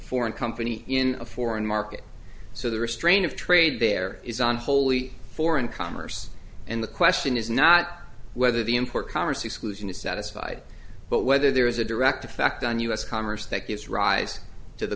foreign company in a foreign market so the restraint of trade there is on wholly foreign commerce and the question is not whether the import commerce exclusion is satisfied but whether there is a direct effect on u s commerce that gives rise to the